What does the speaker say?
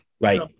Right